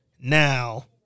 now